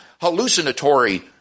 hallucinatory